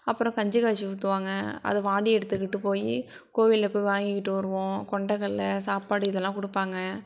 அப்புறம் கஞ்சி காய்ச்சி ஊற்றுவாங்க அது வாளி எடுத்துகிட்டு போய் கோவிலில் போய் வாங்கிகிட்டு வருவோம் கொண்டகடல சாப்பாடு இதெல்லாம் கொடுப்பாங்க